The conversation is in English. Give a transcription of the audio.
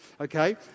Okay